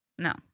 No